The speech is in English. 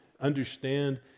understand